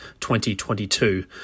2022